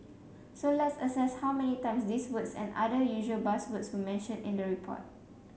so let's assess how many times these words and other usual buzzwords were mentioned in the report